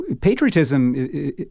patriotism